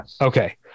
okay